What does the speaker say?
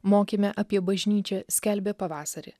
mokyme apie bažnyčią skelbia pavasarį